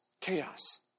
chaos